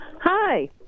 Hi